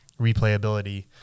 replayability